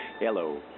Hello